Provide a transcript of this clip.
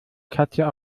katja